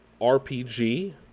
RPG